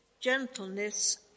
gentleness